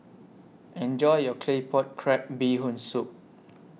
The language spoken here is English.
Enjoy your Claypot Crab Bee Hoon Soup